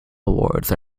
awards